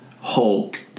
Hulk